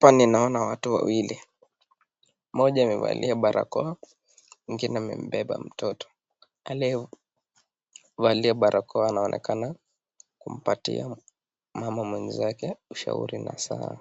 Hapa naona watu wawili moja amevalia barakoa mwingine amebeba mtoto. Leo waliye na barakoa anaonekana kumpatia mama mwenzake ushauri na saa